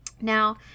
Now